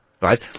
Right